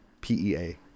p-e-a